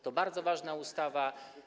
To bardzo ważna ustawa.